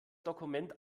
dokument